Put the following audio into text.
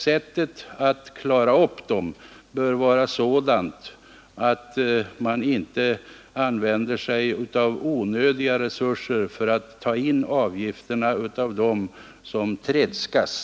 Sättet att klara upp dem bör emellertid vara sådant att man inte använder sig av onödiga resurser för att ta in avgifter från dem som tredskas.